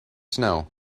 snow